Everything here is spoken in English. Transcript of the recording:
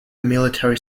military